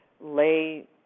lay